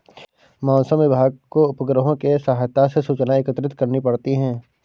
मौसम विभाग को उपग्रहों के सहायता से सूचनाएं एकत्रित करनी पड़ती है